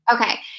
okay